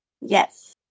Yes